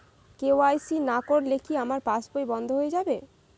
KYC না করলে কি আমার পাশ বই বন্ধ হয়ে যাবে?